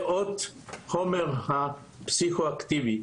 ועוד חומר פסיכו-אקטיבי.